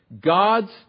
God's